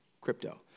crypto